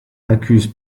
accuse